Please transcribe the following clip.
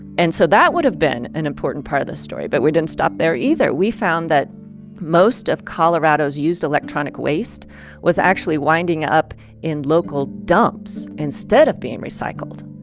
and so that would have been an important part of the story, but we didn't stop there either. we found that most of colorado's used electronic waste was actually winding up in local dumps instead of being recycled